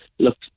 Look